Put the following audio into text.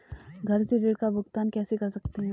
घर से ऋण का भुगतान कैसे कर सकते हैं?